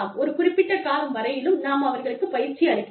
ஒரு குறிப்பிட்ட காலம் வரையிலும் நாம் அவர்களுக்குப் பயிற்சி அளிக்கலாம்